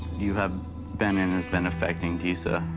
you have been and has been affecting deesa.